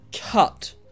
Cut